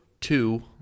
two